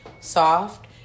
soft